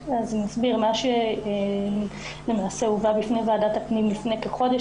מה שלמעשה הובא בפני ועדת הפנים לפני כחודש,